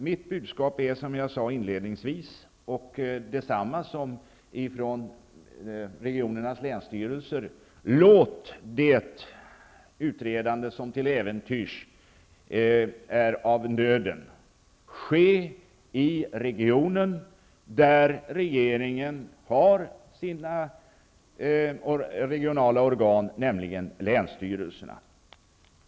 Mitt budskap är detsamma som länsstyrelsernas budskap, nämligen: Låt det utredande som är av nöden ske i regionen, där regeringen har sina regionala organ, nämligen länsstyrelserna.